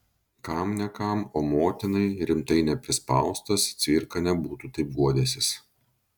kam ne kam o motinai rimtai neprispaustas cvirka nebūtų taip guodęsis